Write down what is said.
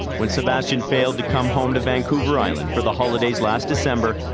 when sebastian failed to come home to vancouver island for the holidays last december,